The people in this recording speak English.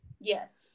Yes